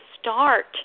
start